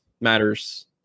matters